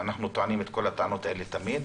ואנחנו טוענים את כל הטענות האלה תמיד.